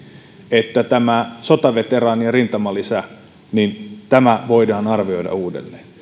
että tämä sotaveteraanien rintamalisä voidaan arvioida uudelleen